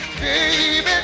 Baby